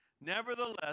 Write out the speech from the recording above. Nevertheless